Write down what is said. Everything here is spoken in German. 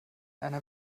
einer